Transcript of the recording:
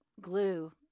glue